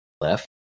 left